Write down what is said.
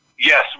Yes